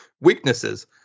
Weaknesses